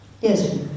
Yes